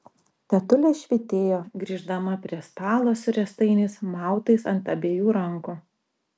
tetulė švytėjo grįždama prie stalo su riestainiais mautais ant abiejų rankų